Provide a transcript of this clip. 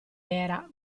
era